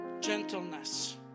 gentleness